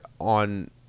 on